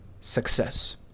success